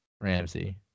Ramsey